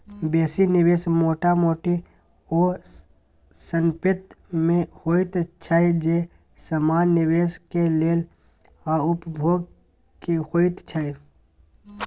बेसी निवेश मोटा मोटी ओ संपेत में होइत छै जे समान निवेश के लेल आ उपभोग के होइत छै